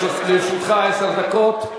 לרשותך עשר דקות.